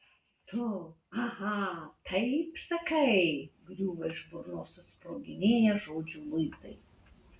tu aha taip sakai griūva iš burnos susproginėję žodžių luitai